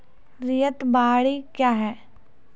रैयत बाड़ी क्या हैं?